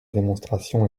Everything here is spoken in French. démonstration